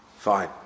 Fine